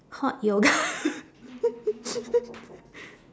hot yoga